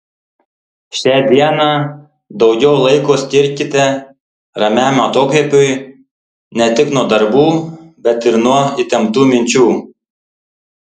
šią dieną daugiau laiko skirkite ramiam atokvėpiui ne tik nuo darbų bet ir nuo įtemptų minčių